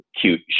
cute